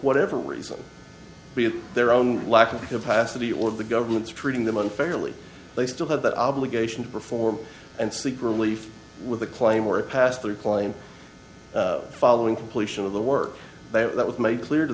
whatever reason be it their own lack of capacity or the government is treating them unfairly they still have the obligation to perform and seek relief with a claim or a pastor claim following completion of the work that was made clear to